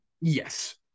Yes